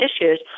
issues